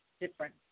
different